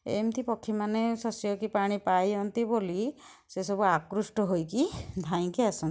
ଏମିତି ପକ୍ଷୀମାନେ ଶସ୍ୟ କି ପାଣି ପାଆନ୍ତି ବୋଲି ସେସବୁ ଆକୃଷ୍ଟ ହୋଇକି ଧାଇଁକି ଆସନ୍ତି